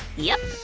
yep,